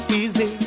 easy